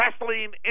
Wrestling